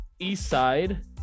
Eastside